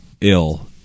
ill